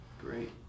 Great